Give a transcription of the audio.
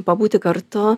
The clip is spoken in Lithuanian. pabūti kartu